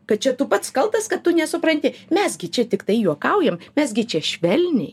kad čia tu pats kaltas kad tu nesupranti mes gi čia tiktai juokaujam mes gi čia švelniai